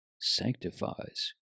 sanctifies